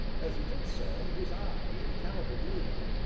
as he did so, his eye encountered me,